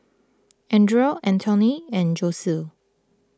andria Anthoney and Josue